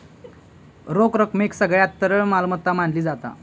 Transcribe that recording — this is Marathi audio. रोख रकमेक सगळ्यात तरल मालमत्ता मानली जाता